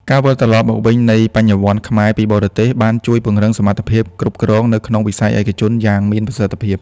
ការវិលត្រឡប់មកវិញនៃ "បញ្ញវន្តខ្មែរ" ពីបរទេស បានជួយពង្រឹងសមត្ថភាពគ្រប់គ្រងនៅក្នុងវិស័យឯកជនយ៉ាងមានប្រសិទ្ធភាព។